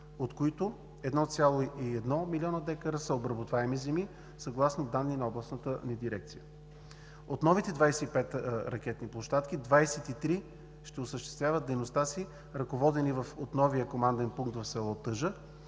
земи са 1,1 млн. декара, съгласно данни от областната дирекция. От новите 25 ракетни площадки 23 ще осъществяват дейността си, ръководени от новия команден пункт в село Тъжа,